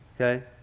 Okay